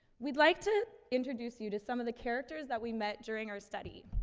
we'd like to introduce you to some of the characters that we met during our study.